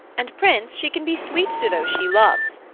and, prince, she can be sweet to those she loves,